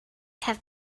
have